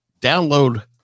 download